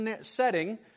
setting